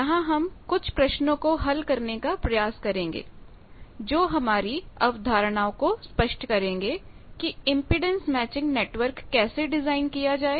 यहाँ हम कुछ प्रश्नों को हल करने का प्रयास करेंगे जो हमारी अवधारणाओं को स्पष्ट करेंगे कि इम्पीडेंस मैचिंग नेटवर्क कैसे डिज़ाइन किया जाए